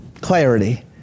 clarity